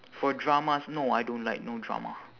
for dramas no I don't like no drama